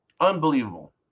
Unbelievable